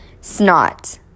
snot